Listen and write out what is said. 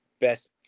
best